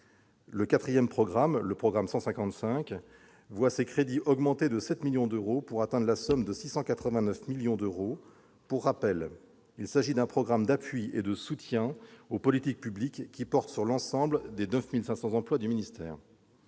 du travail social. Le programme 155, enfin, voit ses crédits augmenter de 7 millions d'euros pour atteindre la somme de 689 millions d'euros. Pour rappel, il s'agit d'un programme d'appui et de soutien aux politiques publiques, qui porte sur l'ensemble des 9 500 emplois du ministère.